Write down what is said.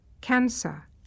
cancer